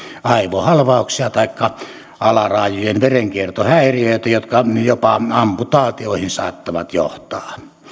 aivohalvauksia taikka alaraajojen verenkiertohäiriöitä jotka jopa amputaatioihin saattavat johtaa